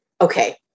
okay